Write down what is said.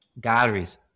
galleries